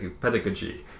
pedagogy